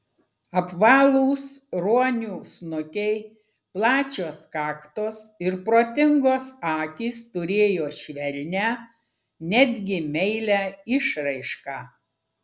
apvalūs ruonių snukiai plačios kaktos ir protingos akys turėjo švelnią netgi meilią išraišką